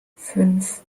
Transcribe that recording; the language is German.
fünf